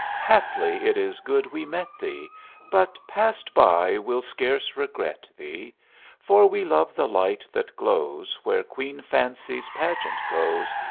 haply it is good we met thee but, passed by, we'll scarce regret thee for we love the light that glows where queen fancy's pageant goes,